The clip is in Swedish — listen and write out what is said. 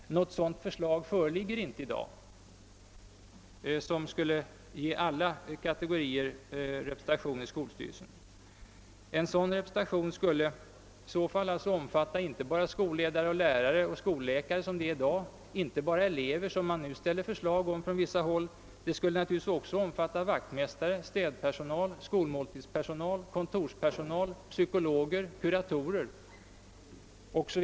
Något sådant förslag föreligger inte i dag, som skulle ge alla kategorier representation i skolstyrelsen. En sådan representation borde i så fall omfatta inte bara skolledare, lärare och skolläkare, som det är i dag, och inte bara elever, som det ställs förslag om på vissa håll i dag, utan den borde också omfatta vaktmästare, städpersonal, skolmåltidspersonal, kontorspersonal, psykologer, kuratorer 0. s. v.